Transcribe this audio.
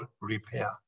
repair